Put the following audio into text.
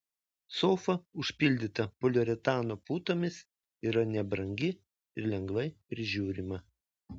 sofa užpildyta poliuretano putomis yra nebrangi ir lengvai prižiūrima